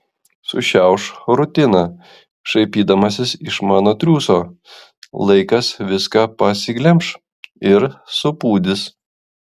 sušiauš rutiną šaipydamasis iš mano triūso laikas viską pasiglemš ir supūdys